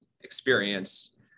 experience